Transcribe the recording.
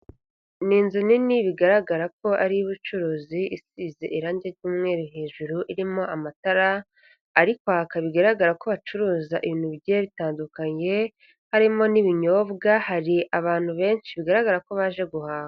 Ni inzu nini bigaragara ko ari iy'ubucuruzi isize irange ry'umweru hejuru, irimo amatara ari kwaka bigaragara ko bacuruza ibintu bigiye bitandukanye harimo n'ibinyobwa, hari abantu benshi bigaragara ko baje guhaha.